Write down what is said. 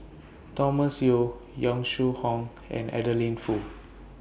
Thomas Yeo Yong Shu Hoong and Adeline Foo